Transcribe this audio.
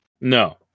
No